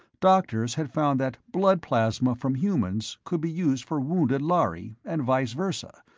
doctors had found that blood plasma from humans could be used for wounded lhari, and vice versa,